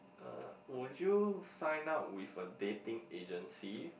uh would you sign up with a dating agency